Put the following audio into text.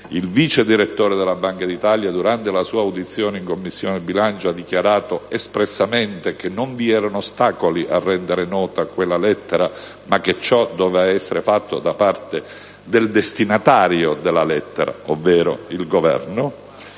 il vice direttore della Banca d'Italia, durante la sua audizione in Commissione bilancio, ha dichiarato espressamente che non vi erano ostacoli a rendere nota quella lettera, ma che ciò doveva essere fatto da parte del destinatario della lettera, ovvero il Governo